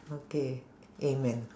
okay amen